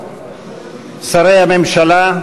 שרי הממשלה,